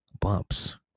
bumps